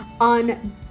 on